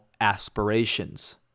aspirations